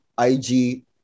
IG